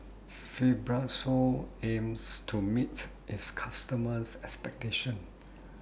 Fibrosol aims to meet its customers' expectations